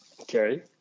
Okay